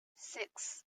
six